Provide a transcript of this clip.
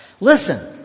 listen